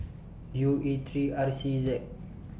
U E three R C Z